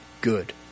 good